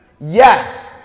Yes